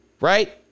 right